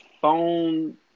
phone